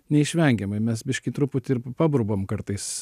neišvengiamai mes biškį truputį ir paburbam kartais